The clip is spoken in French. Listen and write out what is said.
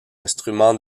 instruments